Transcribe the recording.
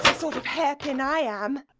sort of hairpin i am!